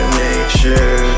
nature